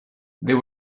there